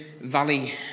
Valley